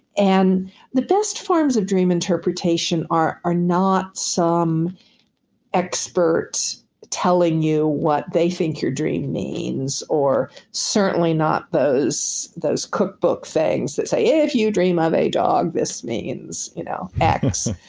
and the best forms of dream interpretation are not some expert telling you what they think your dream means or certainly not those those cookbook things that say if you dream of a dog, this means you know x.